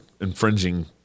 infringing